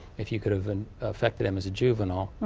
if you could have and effected him as a juvenile,